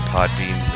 Podbean